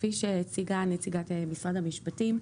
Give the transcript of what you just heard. כפי שהציגה נציגת משרד המשפטים,